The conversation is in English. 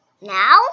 Now